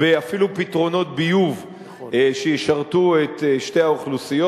אפילו בפתרונות ביוב שישרתו את שתי האוכלוסיות.